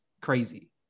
crazy